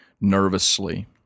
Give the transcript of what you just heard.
nervously